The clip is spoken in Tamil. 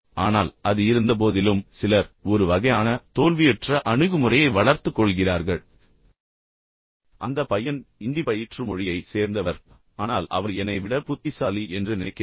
ஆனால் அது இருந்தபோதிலும் சிலர் ஒரு வகையான தோல்வியுற்ற அணுகுமுறையை வளர்த்துக் கொள்கிறார்கள் அந்த பையன் இந்தி பயிற்றுமொழியை சேர்ந்தவர் ஆனால் அவர் என்னை விட புத்திசாலி என்று நினைக்கிறார்